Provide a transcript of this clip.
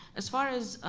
as far as